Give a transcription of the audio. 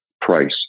price